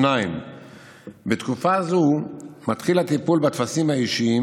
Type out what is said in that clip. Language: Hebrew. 2. בתקופה זו מתחיל הטיפול בטפסים האישיים